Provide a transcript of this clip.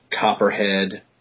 copperhead